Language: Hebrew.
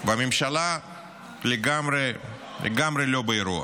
והממשלה לגמרי לגמרי לא באירוע.